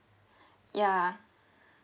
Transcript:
ya